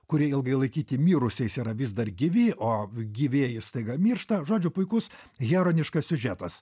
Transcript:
kurie ilgai laikyti mirusiais yra vis dar gyvi o gyvieji staiga miršta žodžiu puikus heroniškas siužetas